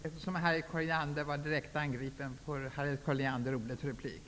Eftersom Harriet Colliander blev direkt angripen, får Harriet Colliander ordet för replik.